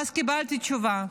ואז קיבלתי תשובה: